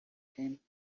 came